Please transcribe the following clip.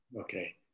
Okay